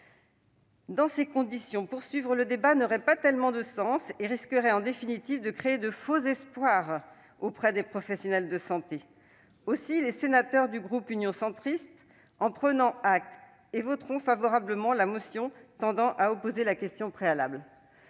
Dans ces conditions, poursuivre le débat n'aurait pas tellement de sens et risquerait en définitive de créer de faux espoirs chez les professionnels de santé. Aussi, les sénateurs du groupe Union Centriste prennent acte de l'échec de la commission mixte paritaire et voteront la motion tendant à opposer la question préalable.